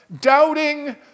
doubting